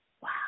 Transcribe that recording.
Wow